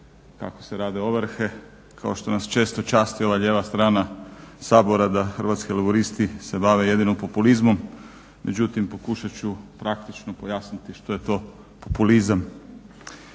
kako se rade ovrhe, kao što nas često časti ova lijeva strana Sabora da Hrvatski laburisti se bave jedino populizmom, međutim pokušat ću praktično pojasniti što je to populizam.